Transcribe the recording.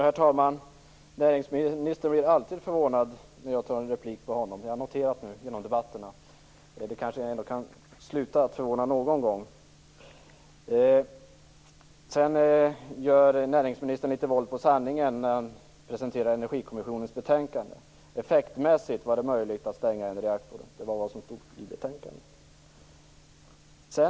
Herr talman! Näringsministern blir alltid förvånad när jag tar replik på honom. Det har jag noterat genom debatterna. Det kanske ändå kan sluta att förvåna någon gång. Sedan gör näringsministern litet våld på sanningen när han presenterar Energikommissionens betänkande. Effektmässigt var det möjligt att stänga en reaktor. Det var vad som stod i betänkandet.